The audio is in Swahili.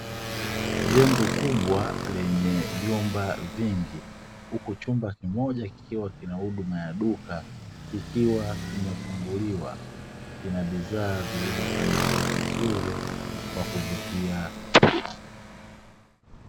Jengo kubwa lenye vyumba vingi, huku chumba kimoja kikiwa kina huduma ya duka kikiwa kimefunguliwa. Kuna bidhaa zilizopangiliwa vizuri kwa kuvutia.